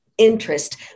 Interest